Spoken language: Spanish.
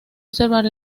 observar